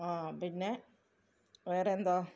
ആ പിന്നെ വേറേന്താണ്